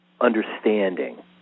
understanding